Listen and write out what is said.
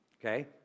okay